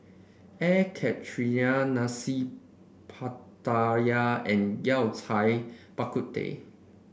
Air Karthira Nasi Pattaya and Yao Cai Bak Kut Teh